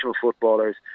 footballers